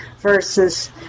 versus